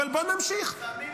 אבל בוא נמשיך --- לפעמים זה מהלך.